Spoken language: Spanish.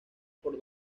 por